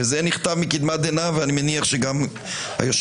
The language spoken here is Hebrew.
וזה נכתב מקדמת דנא ואני מניח שגם היושב-ראש